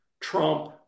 Trump